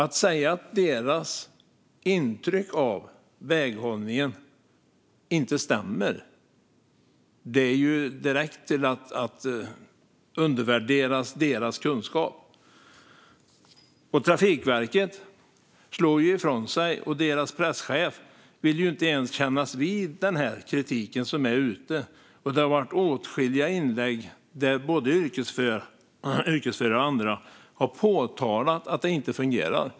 Att säga att deras intryck av väghållningen inte stämmer är direkt att undervärdera deras kunskap. Trafikverket slår ifrån sig. Deras presschef vill inte ens kännas vid den kritik som finns där ute. Det har varit åtskilliga inlägg där både yrkesförare och andra har påtalat att det inte fungerar.